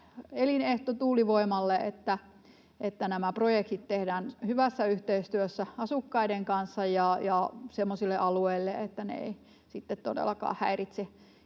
elinehto tuulivoimalle, että nämä projektit tehdään hyvässä yhteistyössä asukkaiden kanssa ja semmoisille alueille, että ne eivät sitten todellakaan häiritse